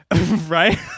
right